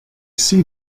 see